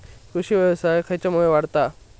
कृषीव्यवसाय खेच्यामुळे वाढता हा?